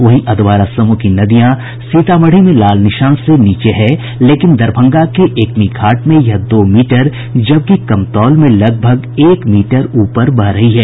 वहीं अधवारा समूह की नदियां सीतामढ़ी में लाल निशान से नीचे है लेकिन दरभंगा के एकमी घाट में यह दो मीटर जबकि कमतौल में लगभग एक मीटर ऊपर बह रही है